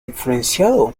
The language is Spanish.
influenciado